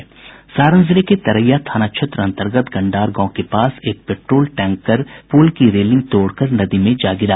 सारण जिले के तरैया थाना क्षेत्र अंतर्गत गंडार गांव के पास एक पेट्रोल टैंकर पुल की रेलिंग तोड़कर नदी में जा गिरा